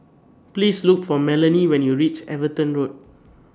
Please Look For Melany when YOU REACH Everton Road